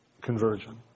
conversion